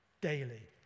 daily